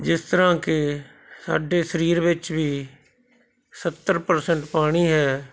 ਜਿਸ ਤਰ੍ਹਾਂ ਕਿ ਸਾਡੇ ਸਰੀਰ ਵਿੱਚ ਵੀ ਸੱਤਰ ਪ੍ਰਸੈਂਂਟ ਪਾਣੀ ਹੈ